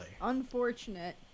unfortunate